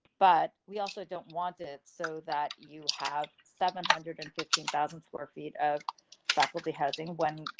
but we also don't want it so that you have seven hundred and fifteen thousand square feet of faculty housing when,